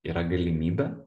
yra galimybė